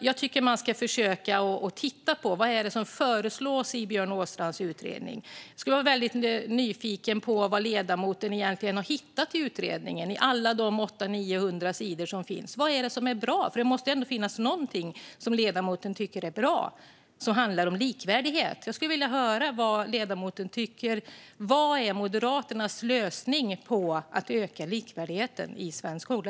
Jag tycker att man ska försöka titta på vad det är som föreslås i Björn Åstrands utredning. Jag är nyfiken på vad ledamoten egentligen har hittat i utredningen. Vad är det som är bra bland alla de 800-900 sidorna? Det måste ju ändå finnas någonting som ledamoten tycker är bra som handlar om likvärdighet. Jag skulle vilja höra vad ledamoten tycker. Vad är Moderaternas lösning för att öka likvärdigheten i svensk skola?